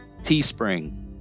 teespring